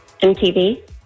MTV